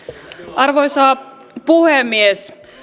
arvoisa puhemies